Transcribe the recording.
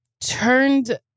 turned